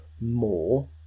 more